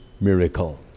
miracle